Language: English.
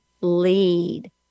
lead